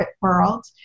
world